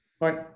Right